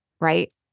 right